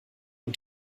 und